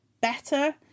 better